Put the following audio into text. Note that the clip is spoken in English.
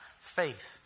faith